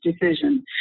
decision